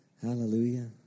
Hallelujah